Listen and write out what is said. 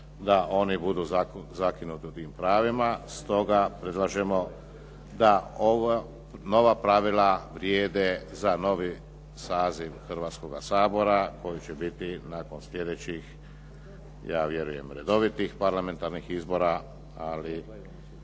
da oni budu zakinuti u tim pravima, stoga predlažemo da ova nova pravila vrijede za novi saziv Hrvatskoga sabora koji će biti nakon sljedećih, ja vjerujem redovitih parlamentarnih izbora, ali